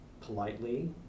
politely